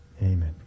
Amen